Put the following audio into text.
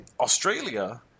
Australia